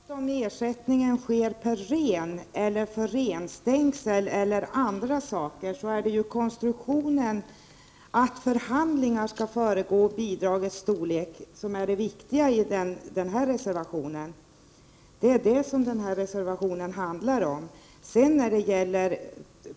Herr talman! Oavsett om ersättningen ges per ren eller för renstängsel eller för andra saker är det konstruktionen att förhandlingar skall föregå beslut om bidragets storlek som är det viktiga i den här reservationen. Det är det den handlar om.